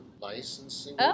licensing